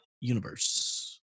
universe